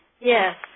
Yes